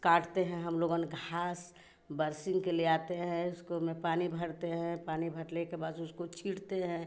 काटते हैं हम लोगन घास बरसिंग के ले आते हैं उसको में पानी भरते हैं पानी भरने के बाद उसको छींटते हैं